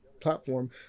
platform